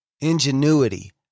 ingenuity